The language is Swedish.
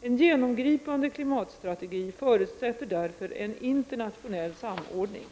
En genomgripande klimatstrategi förutsätter därför en internationell samordning.